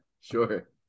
Sure